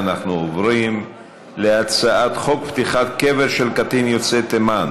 אנחנו עוברים להצעת חוק פתיחת קבר של קטין יוצא תימן,